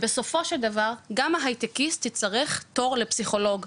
ובסופו של דבר גם ההיטקיסט יצטרך תור לפסיכולוג.